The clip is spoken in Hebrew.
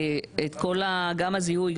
גם הזיהוי,